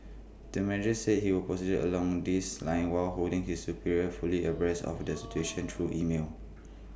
the manager said he will proceeded along these lines while holding his superiors fully abreast of the situation through email